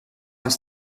ist